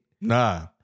Nah